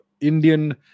Indian